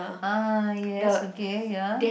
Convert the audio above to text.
ah yes okay ya